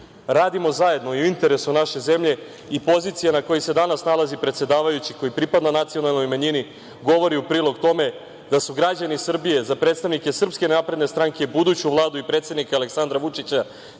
radimo zajedno i u interesu naše zemlje i pozicija na kojoj se danas nalazi predsedavajući, koji pripada nacionalnoj manjini, govori u prilog tome da su građani Srbije za predstavnike SNS, buduću vladu i predsednika Aleksandra Vučića